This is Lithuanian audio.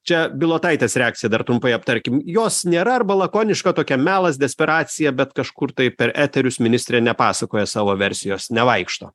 čia bilotaitės reakciją dar trumpai aptarkim jos nėra arba lakoniška tokia melas desperacija bet kažkur tai per eterius ministrė nepasakoja savo versijos nevaikšto